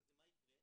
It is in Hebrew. מה יקרה?